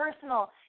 personal